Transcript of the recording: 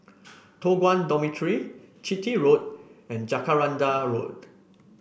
Toh Guan Dormitory Chitty Road and Jacaranda Road